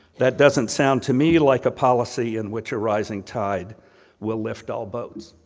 that doesn't sound to me like a policy in which a rising tide will lift all boats.